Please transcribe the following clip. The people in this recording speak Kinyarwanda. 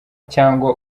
cyangwa